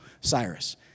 Cyrus